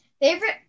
Favorite